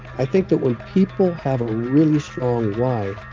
i think that when people have a really strong why,